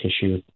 tissue